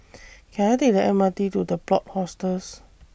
Can I Take The M R T to The Plot Hostels